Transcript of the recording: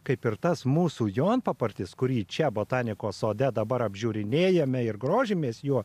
kaip ir tas mūsų jonpapartis kurį čia botanikos sode dabar apžiūrinėjame ir grožimės juo